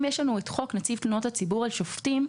אם יש את חוק נציב תלונות הציבור על שופטים,